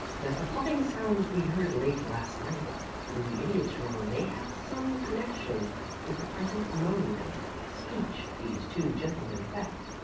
that the popping sounds we heard late last night in the idiot's room may have some connection with the present mode of speech these two gentlemen affect.